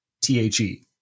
t-h-e